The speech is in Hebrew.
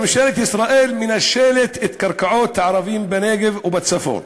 ממשלת ישראל מנשלת את קרקעות הערבים בנגב ובצפון,